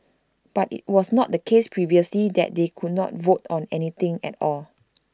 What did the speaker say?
but IT was not the case previously that they could not vote on anything at all